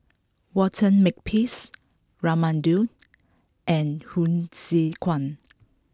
Walter Makepeace Raman Daud and Hsu Tse Kwang